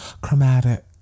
Chromatic